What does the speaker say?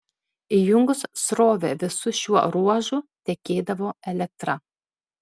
įjungus srovę visu šiuo ruožu tekėdavo elektra